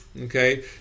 okay